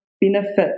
benefits